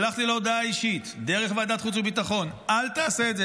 שלחתי לו הודעה אישית דרך ועדת החוץ והביטחון: אל תעשה את זה,